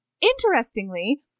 Interestingly